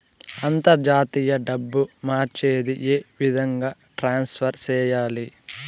అంతర్జాతీయ డబ్బు మార్చేది? ఏ విధంగా ట్రాన్స్ఫర్ సేయాలి?